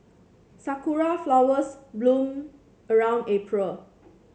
sakura flowers bloom around April